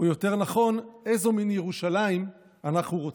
או יותר נכון איזו מין ירושלים אנחנו רוצים.